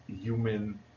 human